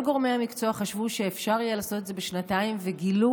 כל גורמי המקצוע חשבו שאפשר יהיה לעשות את זה בשנתיים וגילו